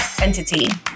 entity